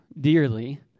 dearly